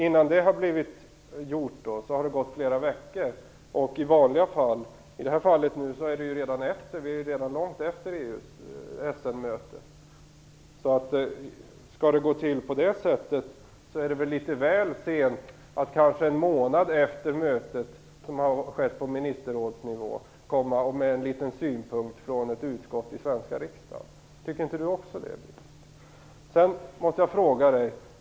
Innan det har blivit genomfört har det i vanliga fall gått flera veckor. I det här fallet skulle det bli långt efter EU:s Skall det gå till på det sättet, är det litet väl sent att kanske en månad efter det möte som skett på ministerrådsnivå komma med en liten synpunkt från ett utskott i den svenska riksdagen. Tycker inte också Birgit Friggebo det? Sedan måste jag fråga Birgit Friggebo.